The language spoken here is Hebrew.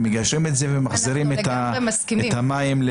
אנחנו מסכימים.